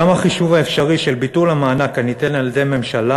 וגם החישוב האפשרי של ביטול המענק הניתן על-ידי ממשלה